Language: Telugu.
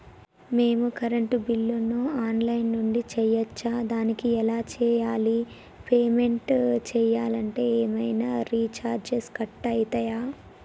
మేము కరెంటు బిల్లును ఆన్ లైన్ నుంచి చేయచ్చా? దానికి ఎలా చేయాలి? పేమెంట్ చేయాలంటే ఏమైనా చార్జెస్ కట్ అయితయా?